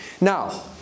Now